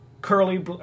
curly